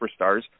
superstars